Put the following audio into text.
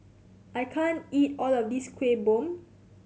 I can't eat all of this Kuih Bom